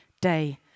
day